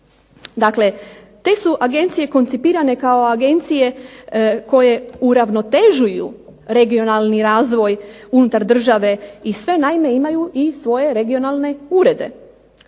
Dakle te su agencije koncipirane kao agencije koje uravnotežuju regionalni razvoj unutar države i sve naime imaju i svoje regionalne urede.